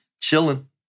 chilling